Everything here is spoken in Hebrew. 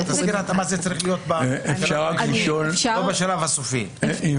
שתסקיר ההתאמה הזה צריך להיות או בשלב הסופי --- מה